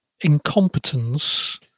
Incompetence